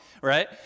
right